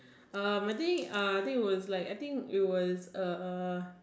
um I think uh I think it was like I think it was uh